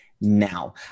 Now